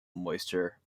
moisture